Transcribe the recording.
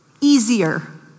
easier